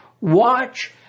watch